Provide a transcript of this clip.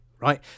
right